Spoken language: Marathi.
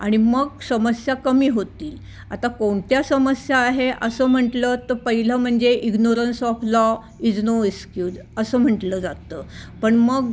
आणि मग समस्या कमी होतील आता कोणत्या समस्या आहे असं म्हटलं तर पहिलं म्हणजे ignorance of law is no excuse असं म्हटलं जातं पण मग